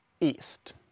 East